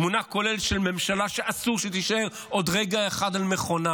תמונה כוללת של ממשלה שאסור שהיא תישאר עוד רגע אחד על מכונה.